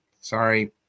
sorry